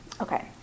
Okay